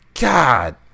God